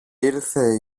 ήλθε